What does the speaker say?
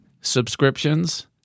subscriptions